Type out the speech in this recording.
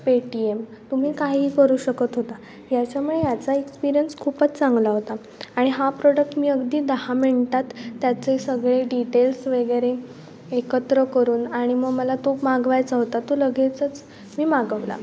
Paytm तुम्ही काही करू शकत होता याच्यामुळे याचा एक्सपिरियन्स खूपच चांगला होता आणि हा प्रोडक्ट मी अगदी दहा मिनटात त्याचे सगळे डिटेल्स वगैरे एकत्र करून आणि मग मला तो मागवायचा होता तो लगेचच मी मागवला